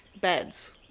beds